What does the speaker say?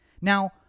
Now